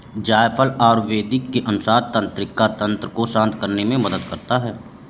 जायफल आयुर्वेद के अनुसार तंत्रिका तंत्र को शांत करने में मदद करता है